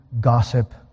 gossip